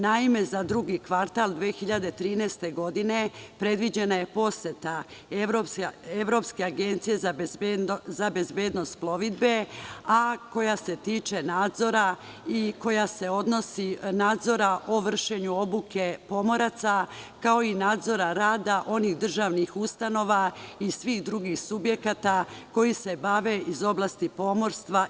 Naime, za drugi kvartal 2013. godine predviđena je poseta Evropske agencije za bezbednost plovidbe, a koja se tiče nadzora o vršenju obuke pomoraca, kao i nadzora rada onih državnih ustanova i svih drugih subjekata, koji se bave iz oblasti pomorstva.